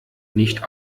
nicht